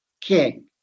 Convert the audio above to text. king